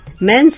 Men's